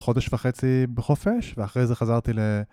חודש וחצי בחופש, ואחרי זה חזרתי ל...